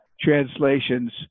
translations